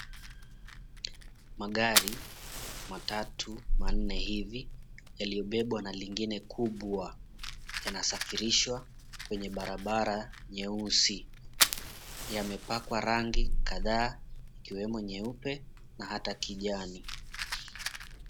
Magari matatu manne hivi yaliyobebwa na lingine kubwa, yanasafirishwa kwenye barabara nyeusi. Yamepakwa rangi kadhaa ikiwemo nyeupe na hata kijani.